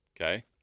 Okay